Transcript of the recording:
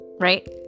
Right